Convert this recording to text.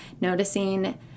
noticing